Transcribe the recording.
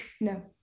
no